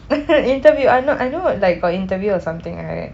interview I know I know like got interview or something right